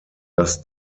dass